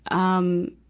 um,